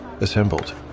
assembled